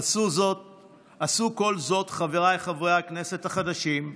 עשו כל זאת, חבריי חברי הכנסת החדשים,